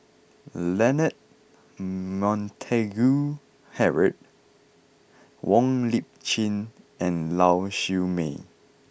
Leonard Montague Harrod Wong Lip Chin and Lau Siew Mei